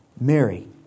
Mary